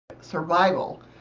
survival